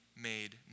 made